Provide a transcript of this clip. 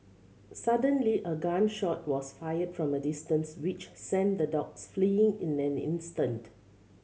suddenly a gun shot was fired from a distance which sent the dogs fleeing in an instant